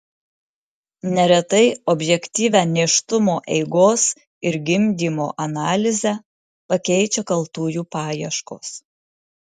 neretai objektyvią nėštumo eigos ir gimdymo analizę pakeičia kaltųjų paieškos